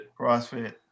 Crossfit